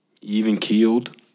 even-keeled